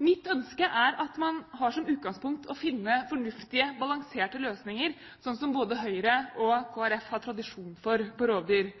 Mitt ønske er at man har som utgangspunkt å finne fornuftige, balanserte løsninger, sånn som både Høyre og Kristelig Folkeparti har tradisjon for når det gjelder rovdyr.